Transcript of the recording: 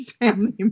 family